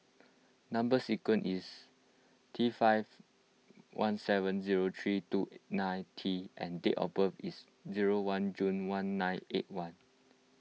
Number Sequence is T five one seven zero three two nine T and date of birth is zero one June one nine eight one